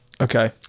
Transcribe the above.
Okay